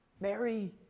Mary